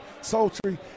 sultry